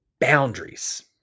boundaries